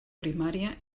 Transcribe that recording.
primària